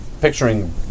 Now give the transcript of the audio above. picturing